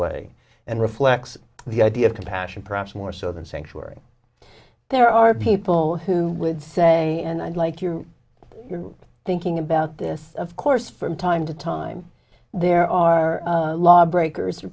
way and reflects the idea of compassion perhaps more so than sanctuary there are people who would say and i'd like you thinking about this of course from time to time there are lawbreakers